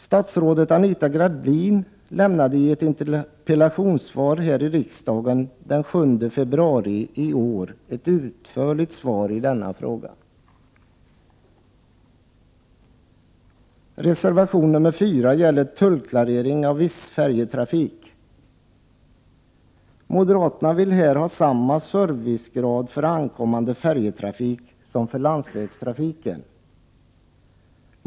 Statsrådet Anita Gradin lämnade vid en interpellationsdebatt här i riksdagen den 7 februari i år ett utförligt svar när det gäller denna fråga. Reservation nr 4 gäller tullklarering av viss färjetrafik. Moderaterna vill här ha samma servicegrad för ankommande färjetrafik som för landsvägstrafiken.